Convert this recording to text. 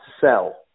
sell